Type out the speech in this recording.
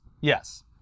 Yes